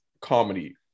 comedy